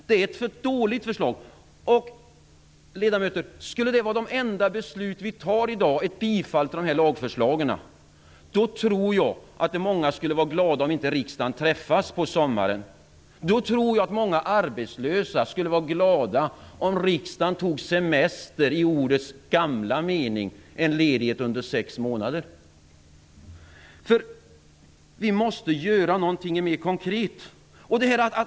Det är ett dåligt förslag. Ledamöter! Skulle ett bifall till dessa lagförslag vara de enda beslut vi fattar här i dag tror jag att många skulle vara glada om inte riksdagen träffades på sommaren. Då tror jag att många arbetslösa skulle vara glada om riksdagen tog semester i ordets gamla mening - en ledighet under sex månader. Vi måste göra någonting mer konkret.